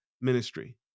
ministry